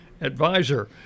advisor